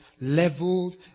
leveled